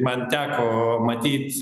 man teko matyt